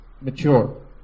mature